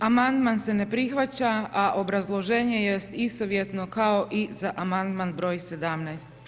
Amandman se ne prihvaća, a obrazloženje jest istovjetno kao i za amandman broj 17.